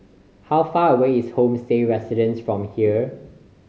how far away is Homestay Residences from here